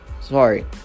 Sorry